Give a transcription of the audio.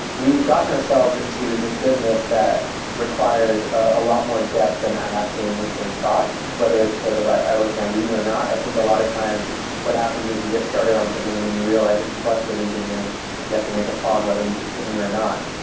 we've gotten ourselves into this business that requires a lot more depth than i actually initially thought whether it's because i was naive or not. i think a lot of times what happens is you get started on something and then you realize the complexities and then you have to make a call on whether you continue or or not.